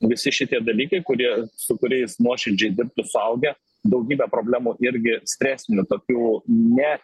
visi šitie dalykai kurie su kuriais nuoširdžiai dirbtų suaugę daugybę problemų irgi stresinių tokių ne